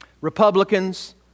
Republicans